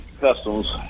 Customs